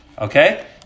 Okay